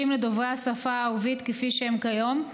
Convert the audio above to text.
לדוברי השפה הערבית כפי שהם כיום,